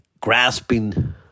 grasping